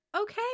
okay